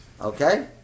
Okay